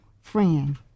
Friend